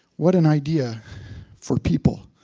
what an idea for people.